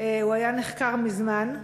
הוא היה נחקר מזמן,